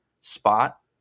spot